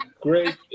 great